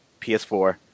PS4